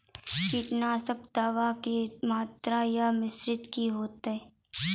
कीटनासक दवाई के मात्रा या मिश्रण की हेते?